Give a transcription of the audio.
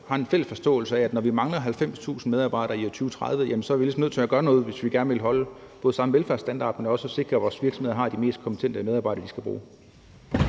har en fælles forståelse af, at når vi mangler 90.000 medarbejdere i 2030, så er vi ligesom nødt til at gøre noget, hvis vi gerne både vil holde samme velfærdsstandard, men også sikre, at vores virksomheder har de kompetente medarbejdere, de skal bruge.